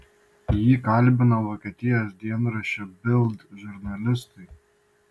jį kalbino vokietijos dienraščio bild žurnalistai